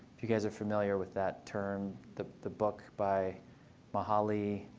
if you guys are familiar with that term. the the book by mihaly